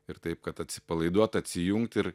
ir taip kad atsipalaiduot atsijungt ir